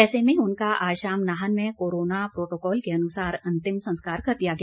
ऐसे में उनका आज शाम नाहन में कोरोना प्रोटोकॉल के अनुसार अंतिम संस्कार कर दिया गया